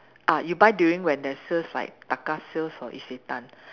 ah you buy during when there's sales like Taka sales or Isetan